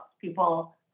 people